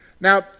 Now